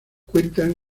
cuenta